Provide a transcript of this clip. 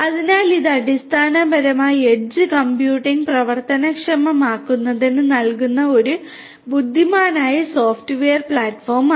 അതിനാൽ ഇത് അടിസ്ഥാനപരമായി എഡ്ജ് കമ്പ്യൂട്ടിംഗ് പ്രവർത്തനക്ഷമമാക്കുന്നതിന് നൽകുന്ന ഒരു ബുദ്ധിമാനായ സോഫ്റ്റ്വെയർ പ്ലാറ്റ്ഫോമാണ്